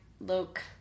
look